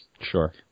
sure